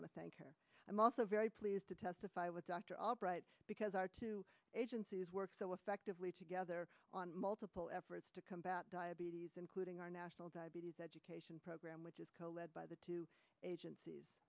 want to thank her i'm also very pleased to testify with dr albright because our two agencies work so effectively together on multiple efforts to combat diabetes including our national diabetes education program which is led by the two agencies